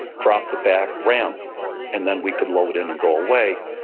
drop the back ramp and then we could load in and go away.